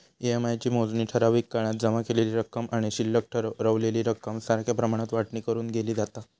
EMI ची मोजणी ठराविक काळात जमा केलेली रक्कम आणि शिल्लक रवलेली रक्कम सारख्या प्रमाणात वाटणी करून केली जाता